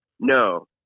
No